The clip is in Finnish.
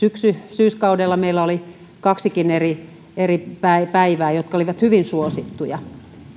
syyskaudella meillä oli kaksikin eri eri päivää jotka olivat hyvin suosittuja